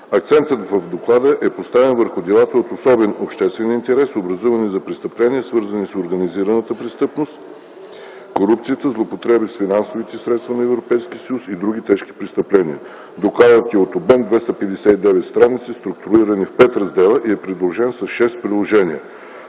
Акцентът в доклада е поставен върху делата от особен обществен интерес, образувани за престъпления, свързани с организираната престъпност, корупцията, злоупотреби с финансовите средства на Европейския съюз и други тежки престъпления. Докладът е в обем от 259 страници, структурирани в 5 раздела, и е придружен с 6 приложения.